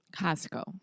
Costco